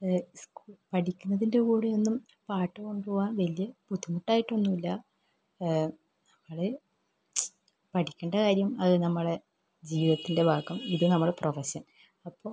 പഠിക്കുന്നതിൻ്റെ കൂടെയൊന്നും പാട്ട് കൊണ്ടുപോകാൻ വലിയ ബുദ്ധിമുട്ടായിട്ടൊന്നൂല്ല അത് പഠിക്കേണ്ട കാര്യം അത് നമ്മുടെ ജീവിതത്തിൻ്റെ ഭാഗം ഇത് നമ്മുടെ പ്രൊഫഷൻ അപ്പോൾ